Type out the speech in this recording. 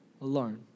alone